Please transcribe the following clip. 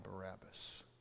Barabbas